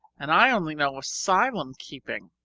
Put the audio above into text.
and i only know asylum-keeping.